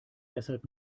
deshalb